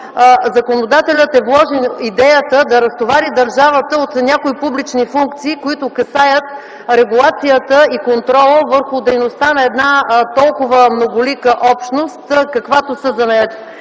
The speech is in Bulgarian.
законодателят е вложил идеята си да разтовари държавата от някои публични функции, които касаят регулацията и контрола върху дейността на една толкова многолика общност, каквато са занаятчиите.